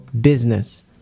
business